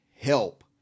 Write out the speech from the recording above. help